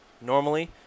normally